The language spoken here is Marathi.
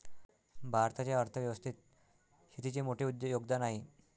भारताच्या अर्थ व्यवस्थेत शेतीचे मोठे योगदान आहे